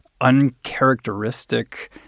uncharacteristic